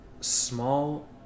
small